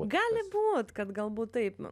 gali būt kad galbūt taip